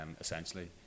essentially